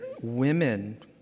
women